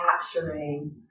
capturing